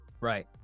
Right